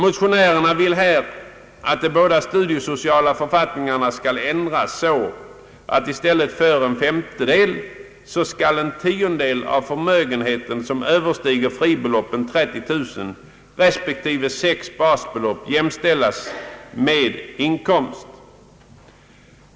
Motionärerna vill i detta sammanhang att de båda studiesociala befattningarna skall ändras så att en tiondel i stället för en femtedel av förmögenheten som överstiger fribeloppen 30 000 kronor respektive sex basbelopp jämställes med inkomst.